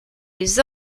les